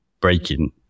breaking